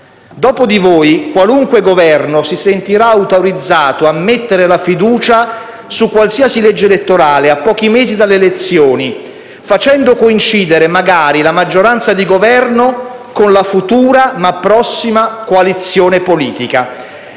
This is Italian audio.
dopo di voi qualunque Governo si sentirà autorizzato a mettere la fiducia su qualsiasi legge elettorale a pochi mesi dalle elezioni, facendo coincidere la maggioranza di Governo con la futura ma prossima coalizione politica.